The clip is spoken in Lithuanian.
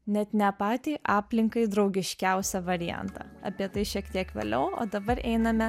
net ne patį aplinkai draugiškiausią variantą apie tai šiek tiek vėliau o dabar einame